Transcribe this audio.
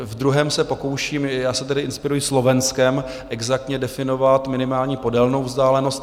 V druhém se pokouším já se tady inspiruji Slovenskem exaktně definovat minimální podélnou vzdálenost.